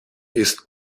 ist